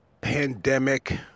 pandemic